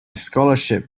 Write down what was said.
scholarship